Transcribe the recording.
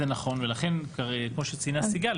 זה נכון ולכן כמו שציינה סיגל,